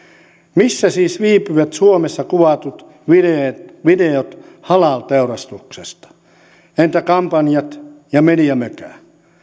missä siis viipyvät suomessa kuvatut videot halal teurastuksesta entä kampanjat ja mediamökä